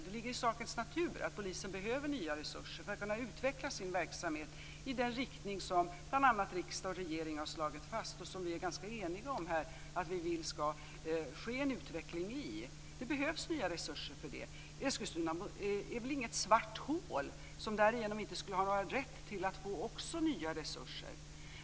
Det ligger i sakens natur att polisen behöver nya resurser för att kunna utveckla sin verksamhet i den riktning som bl.a. riksdag och regering har slagit fast och som vi är ganska eniga om. Det behövs nya resurser för en sådan utveckling. Eskilstuna är väl inget svart hål, som därigenom inte skulle ha rätt att också få nya resurser?